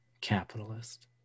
Capitalist